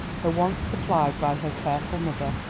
her wants supplied by her careful mother,